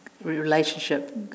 relationship